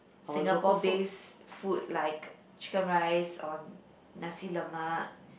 Singapore based food like chicken rice or nasi-lemak